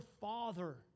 father